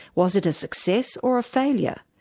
was it a success or a failure?